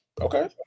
Okay